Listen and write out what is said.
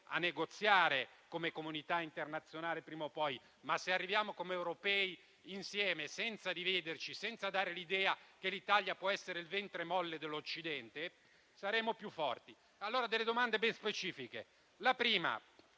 a negoziare come comunità internazionale prima o poi; ma, se come europei ci arriviamo insieme, senza dividerci, senza dare l'idea che l'Italia può essere il ventre molle dell'Occidente, saremo più forti. Ho quindi delle domande ben specifiche.